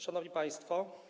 Szanowni Państwo!